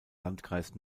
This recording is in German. landkreis